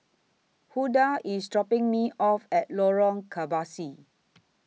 Huldah IS dropping Me off At Lorong Kebasi